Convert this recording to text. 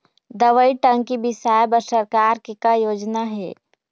दवई टंकी बिसाए बर सरकार के का योजना हे?